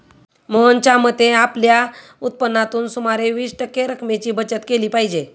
मोहनच्या मते, आपल्या उत्पन्नातून सुमारे वीस टक्के रक्कमेची बचत केली पाहिजे